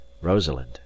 Rosalind